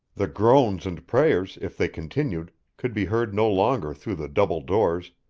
the groans and prayers, if they continued, could be heard no longer through the double doors,